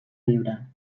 viure